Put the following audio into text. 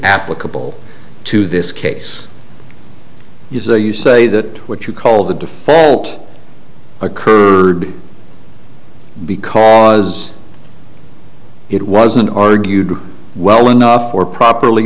applicable to this case you say you say that what you call the default occurred because it wasn't argued well enough or properly